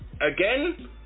again